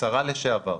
כשרה לשעבר,